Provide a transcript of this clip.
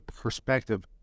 perspective